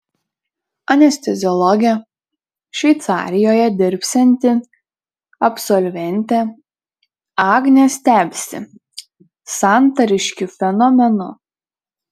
anesteziologe šveicarijoje dirbsianti absolventė agnė stebisi santariškių fenomenu